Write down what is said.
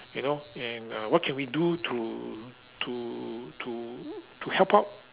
you know and uh what can we do to to to to help out